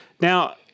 Now